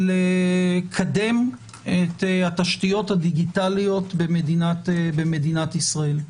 לקדם את התשתיות הדיגיטליות במדינת ישראל.